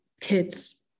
kids